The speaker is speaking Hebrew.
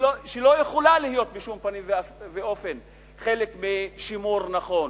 שלא יכולה להיות בשום פנים ואופן שימור נכון,